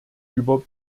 über